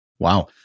Wow